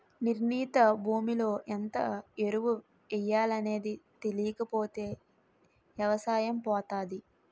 నిర్ణీత భూమిలో ఎంత ఎరువు ఎయ్యాలనేది తెలీకపోతే ఎవసాయం పోతాది